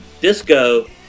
Disco